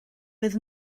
fydd